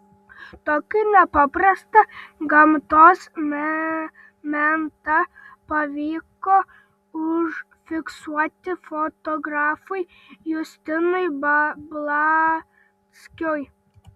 tokį nepaprastą gamtos momentą pavyko užfiksuoti fotografui justinui blackui